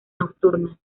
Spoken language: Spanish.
nocturna